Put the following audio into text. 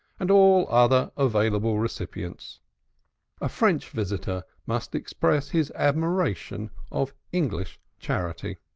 and all other available recipients a french visitor must express his admiration of english charity.